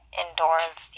indoors